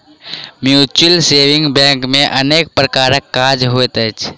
mutual saving bank मे अनेक प्रकारक काज होइत अछि